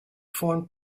formed